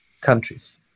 countries